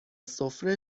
سفره